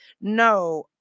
No